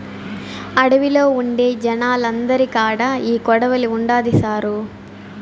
అడవిలో ఉండే జనాలందరి కాడా ఈ కొడవలి ఉండాది సారూ